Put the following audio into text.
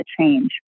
change